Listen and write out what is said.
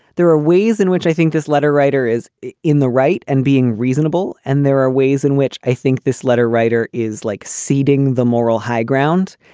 there are ways in which i think this letter writer is in the right and being reasonable. and there are ways in which i think this letter writer is like ceding the moral high ground.